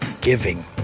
giving